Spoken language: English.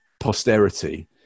posterity